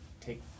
take